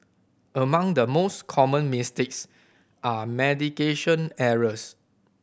among the most common mistakes are medication errors